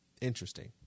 Interesting